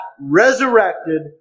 resurrected